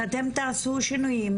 שאתם תעשו שינויים,